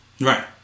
Right